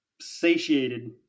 satiated